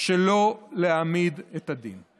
שלא להעמיד את הדין.